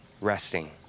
resting